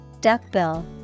Duckbill